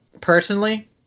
personally